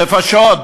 נפשות,